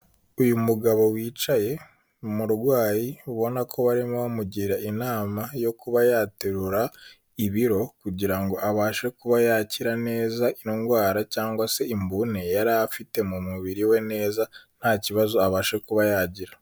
Uyu mugabo wicaye ni umurwayi, ubona ko barimo bamugira inama yo kuba yaterura ibiro kugira ngo abashe kuba yakira neza indwara cyangwa se imvune yari afite mu mubiri we neza nta kibazo abasha kuba yagira.